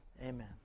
amen